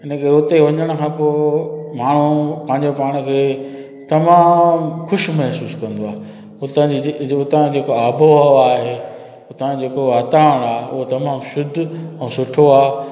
हिनखे हुते वञण खां पोइ माण्हू पंहिंजो पाण खे तमामु ख़ुशि महसूसु कंदो आहे हुतांजी जेकी जे हुतांजो जेको आबोहवा आहे हुतां जो जेको वातावरणु आहे उहा तमामु शुद्ध ऐं सुठो आहे